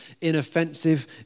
inoffensive